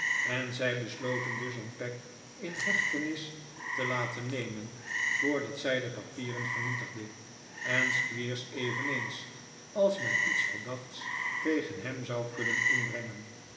en zij besloten dus om peg in hechtenis te laten nemen voordat zij de papieren vernietigde en squeers eveneens als men iets verdachts tegen hem zou kunnen inbrengen